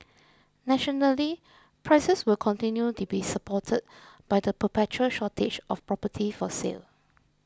nationally prices will continue to be supported by the perpetual shortage of property for sale